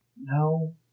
No